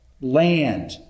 land